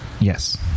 Yes